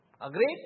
Agreed